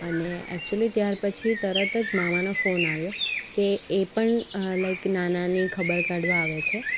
અને એક્ચુલી ત્યારપછી તરત જ મામાનો ફોન આવ્યો કે એ પણ લાઇક નાનાની ખબર કાઢવા આવે છે